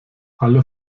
alle